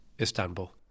Istanbul